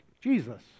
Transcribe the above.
Jesus